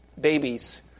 Babies